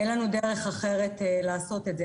אין לנו דרך אחרת לעשות את זה.